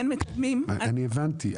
הבנתי.